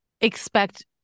expect